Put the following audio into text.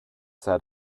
said